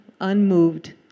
unmoved